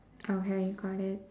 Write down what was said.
okay got it